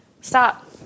Stop